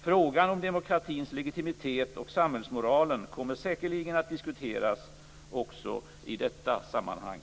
Frågan om demokratins legitimitet och samhällsmoralen kommer säkerligen att diskuteras också i detta sammanhang.